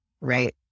right